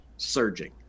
surging